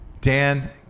Dan